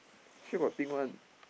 sure got thing one